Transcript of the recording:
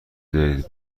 دارید